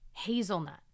hazelnut